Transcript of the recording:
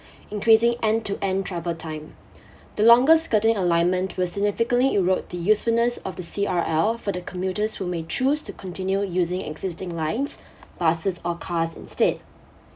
increasing end-to-end travel time the longer skirting alignment will significantly en route the usefulness of the C_R_L for the commuters who may choose to continue using existing lines buses or cars instead